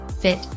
fit